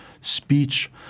speech